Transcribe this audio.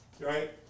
right